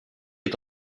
est